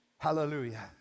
Hallelujah